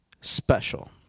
special